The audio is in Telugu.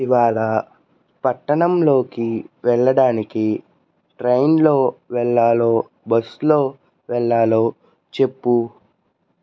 ఇవాళ పట్టణంలోకి వెళ్ళడానికి ట్రైన్లో వెళ్లాలో బస్సులో వెళ్లాలో చెప్పు